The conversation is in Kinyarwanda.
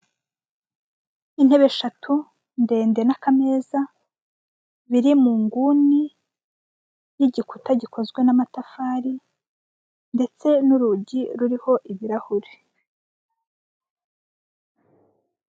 Intebe eshatu, ndende, n'akameza, biri mu nguni y'igikuta gikozwe n'amatafari, ndetse n'urugi ruriho ibirahure.